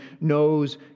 knows